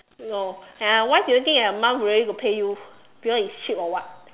no and I why do you think the mum willing to pay you because it's cheap or what